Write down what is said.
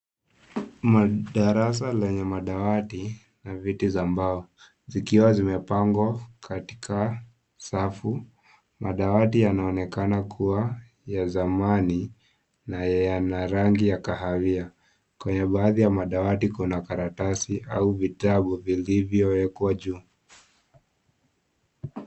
Madarasa yenye madawati, na viti za mbao, zikiwa zimepangwa katika, safu, madawati yanaonekana kuwa ya zamani, na yana rangi ya kahawia, kwenye baadhi ya madawati kuna karatasi au vitabu vilivyo wekwa juu.